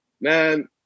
man